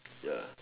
ya